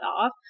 off